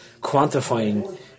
quantifying